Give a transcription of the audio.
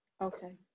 Okay